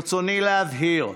ברצוני להבהיר: